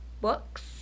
books